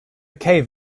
cave